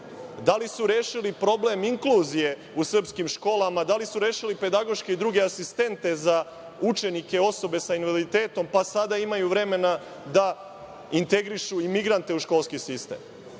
Da li su rešili problem inkluzije u srpskim školama? Da li su rešili pedagoške i druge asistente za učenike, osobe sa invaliditetom, pa sada imaju vremena da integrišu migrante u školski sistem? Srbija